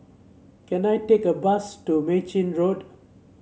can I take a bus to Mei Chin Road